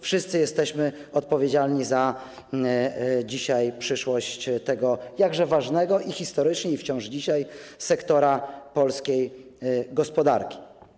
Wszyscy jesteśmy odpowiedzialni dzisiaj za przyszłość tego jakże ważnego - i historycznie, i obecnie - sektora polskiej gospodarki.